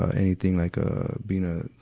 ah anything like, ah, bring a,